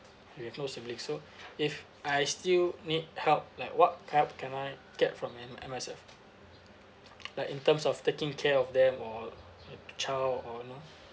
we have no sibling so if I still need help like what help can I get from M M_S_F like in terms of taking care of them or like child or you know